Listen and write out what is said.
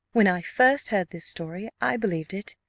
when i first heard this story, i believed it,